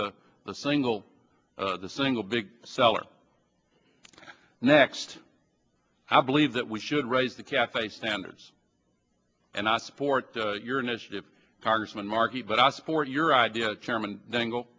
the the single the single big seller next i believe that we should raise the cafe standards and i support your initiative congressman markey but i support your idea of chairman dangle